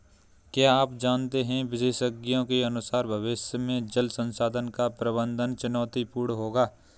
क्या आप जानते है विशेषज्ञों के अनुसार भविष्य में जल संसाधन का प्रबंधन चुनौतीपूर्ण होगा